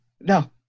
no